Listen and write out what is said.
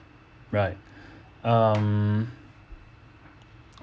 right um